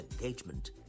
engagement